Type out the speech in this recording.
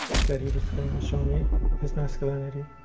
said he was going to show me his masculinity.